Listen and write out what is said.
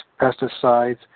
pesticides